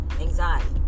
anxiety